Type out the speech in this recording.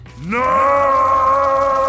No